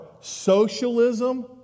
socialism